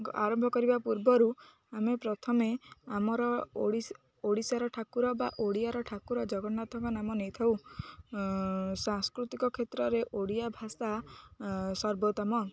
ଆରମ୍ଭ କରିବା ପୂର୍ବରୁ ଆମେ ପ୍ରଥମେ ଆମର ଓଡ଼ିଶାର ଠାକୁର ବା ଓଡ଼ିଆର ଠାକୁର ଜଗନ୍ନାଥଙ୍କ ନାମ ନେଇଥାଉ ସାଂସ୍କୃତିକ କ୍ଷେତ୍ରରେ ଓଡ଼ିଆ ଭାଷା ସର୍ବୋତ୍ତମ